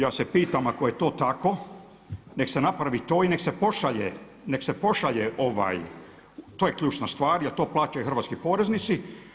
Ja se pitam ako je to tako nek' se napravi to i nek' se pošalje to je ključna stvar jer to plaćaju hrvatski poreznici.